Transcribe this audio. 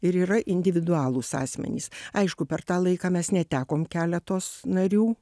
ir yra individualūs asmenys aišku per tą laiką mes netekom keletos narių